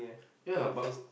ya but